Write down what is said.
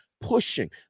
pushing